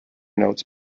notes